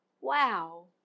wow